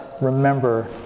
remember